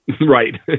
right